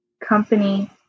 Company